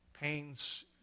pains